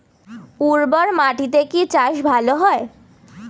উর্বর মাটিতে কি চাষ ভালো হয়?